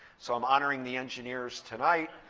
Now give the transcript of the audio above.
so i'm honoring the engineers tonight.